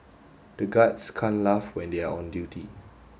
the guards can't laugh when they are on duty